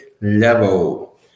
level